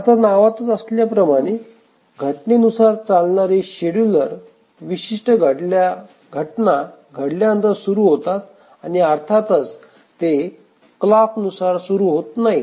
आता नावातच असल्याप्रमाणे घटनेनुसार चालणारे शेड्युलर विशिष्ट घटना घडल्यानंतर सुरू होतात आणि अर्थातच ते क्लॉक नुसार सुरू होत नाहीत